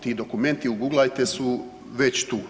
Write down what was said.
Ti dokumenti uguglajte su već tu.